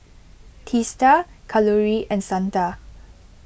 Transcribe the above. Teesta Kalluri and Santha